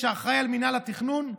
כשהוא היה אחראי למינהל התכנון,